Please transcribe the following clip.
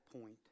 point